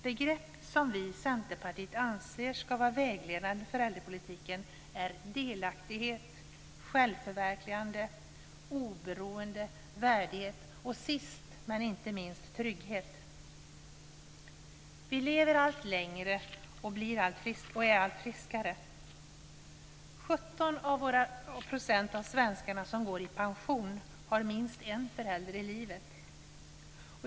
Begrepp som vi i Centerpartiet anser ska vara vägledande för äldrepolitiken är delaktighet, självförverkligande, oberoende, värdighet och, sist men inte minst, trygghet. Vi lever allt längre och är allt friskare. 17 % av de svenskar som går i pension har minst en förälder i livet.